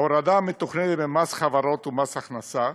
ההורדה המתוכננת במס החברות ומס הכנסה,